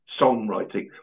songwriting